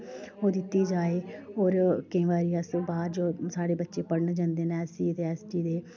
ओह् दित्ती जाए और केंई बारी अस बाह्र जो साढ़े बच्चे पढ़न जंदे न ऐस्स सी दे ऐस्स टी दे